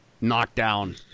knockdown